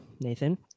nathan